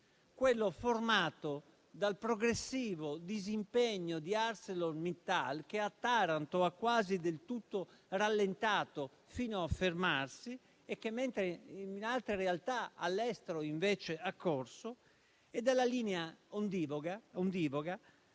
quello formato dal progressivo disimpegno di ArcelorMittal, che a Taranto ha quasi del tutto rallentato, fino a fermarsi, mentre in altre realtà all'estero invece ha corso, e dalla linea ondivaga